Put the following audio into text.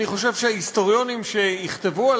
אני חושב שההיסטוריונים שיכתבו על